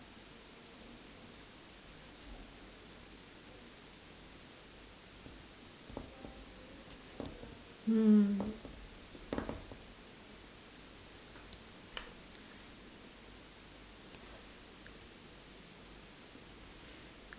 mm